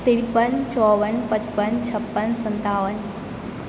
तीरपन चौबन पचपन छप्पन सताबन